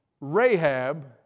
Rahab